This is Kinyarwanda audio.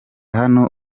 hano